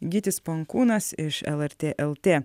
gytis pankūnas iš lrt lt